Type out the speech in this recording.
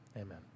Amen